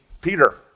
Peter